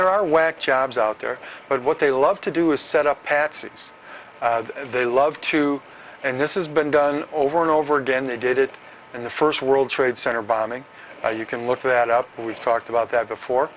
there are web jobs out there but what they love to do is set up patsies they love to and this is been done over and over again they did it in the first world trade center bombing you can look that up and we talked about that before